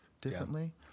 differently